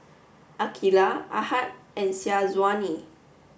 Aqilah Ahad and Syazwani